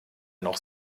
noch